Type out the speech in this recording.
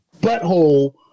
butthole